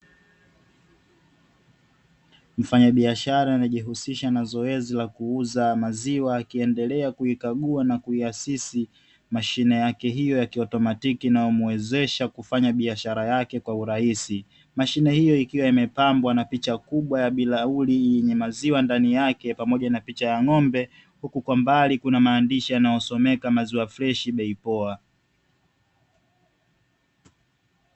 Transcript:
Mfanyabiashara najihusisha na zoezi la kuuza maziwa, akiendelea kuikagua na kuiasisi mashine yake hiyo yakiautomatiki, inayomwezesha kufanya biashara yake kwa urahisi mashine hiyo ikiwa imepambwa na picha kubwa ya bilauli yenye maziwa ndani yake pamoja na picha ya ng'ombe huku kwa mbali kuna maandishi yanayosomeka maziwa freshi bei poa.